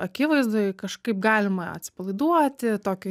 akivaizdoj kažkaip galima atsipalaiduoti tokiu